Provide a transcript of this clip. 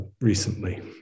recently